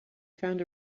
found